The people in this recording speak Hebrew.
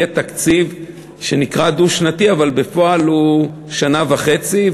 יהיה תקציב שנקרא דו-שנתי אבל בפועל הוא לשנה וחצי,